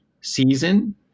season